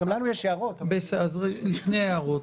וערביהם." לפני ההערות.